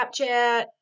Snapchat